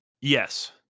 yes